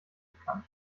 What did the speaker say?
bekannt